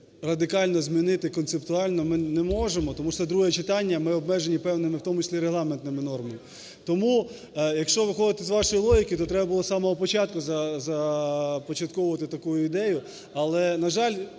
радикально змінити концептуально ми не можемо, тому що це друге читання, ми обмежені певними, в тому числі регламентними нормами. Тому, якщо виходити з вашої логіки, то треба було з самого початку започатковувати таку ідею. Але, на жаль,